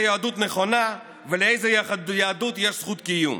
יהדות נכונה ולאיזו יהדות יש זכות קיום.